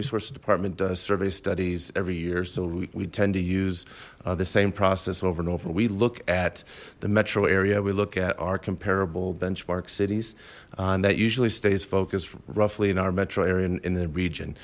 resources department does survey studies every year so we tend to use the same process over and over we look at the metro area we look at our comparable benchmark cities and that usually stays focused roughly in our metro area in the